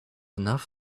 enough